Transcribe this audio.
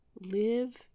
Live